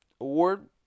award